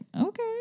okay